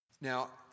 Now